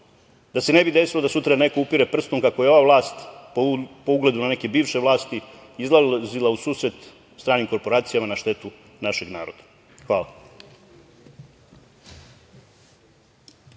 da se ne bi desilo da sutra neko upire prstom kako je ova vlast, po ugledu na neke bivše vlasti, izlazila u susret stranim korporacijama na štetu našeg naroda. Hvala.